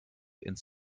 ins